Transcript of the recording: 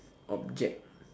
object